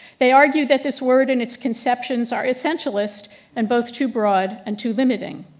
they argue that this word and it's conceptions are essentialist and both too broad and too limiting.